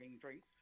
drinks